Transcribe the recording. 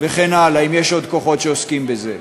וכן הלאה, אם יש עוד כוחות שעוסקים בזה.